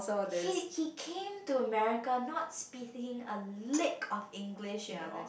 he he came to America not speaking a league of English you know